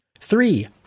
Three